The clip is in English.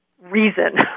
reason